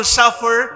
suffer